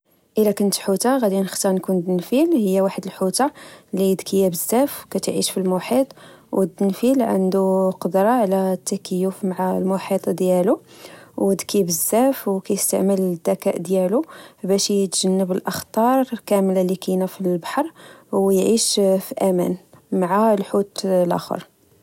إلا كنت حوتة غادي نختار نكون دنفيل. هي واحد الحوتة لي يذكية بزاف كتعيش في المحيط و دنفيل عندو قدرة على التكيف مع المحيط ديالو، و ذكي بزاف، و كيستعمل الذكاء ديالو باش يتجنب الأخطار كاملة إللي كاينة فيا لبحر، ويعيش في أمان مع الحوت الآخر.